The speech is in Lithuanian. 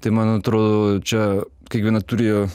tai man atrodo čia kiekviena turėjo